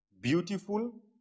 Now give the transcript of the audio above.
beautiful